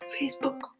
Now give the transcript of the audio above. Facebook